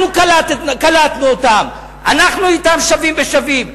אנחנו קלטנו אותם, אנחנו אתם שווים בשווים.